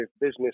business